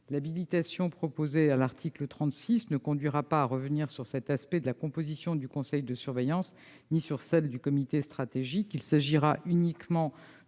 L'habilitation proposée à l'article 36 ne conduira à revenir ni sur cet aspect de la composition du conseil de surveillance ni sur la composition du comité stratégique : il s'agit uniquement